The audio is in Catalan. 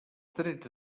drets